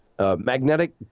Magnetic